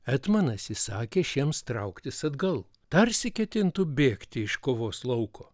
etmonas įsakė šiems trauktis atgal tarsi ketintų bėgti iš kovos lauko